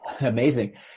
amazing